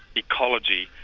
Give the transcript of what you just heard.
ecology,